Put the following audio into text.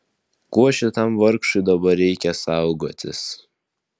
ko šitam vargšui dabar reikia saugotis